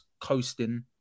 coasting